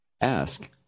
Ask